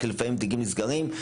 כי לפעמים תיקים נסגרים,